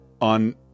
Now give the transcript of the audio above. on